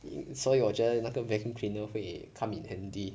uh 所有我觉得那个 vacuum cleaner 会 come in handy